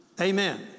Amen